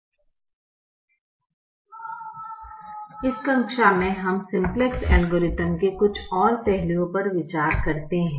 अबाध्य इस कक्षा में हम सिम्पलेक्स एल्गोरिथम के कुछ और पहलुओं पर विचार करते हैं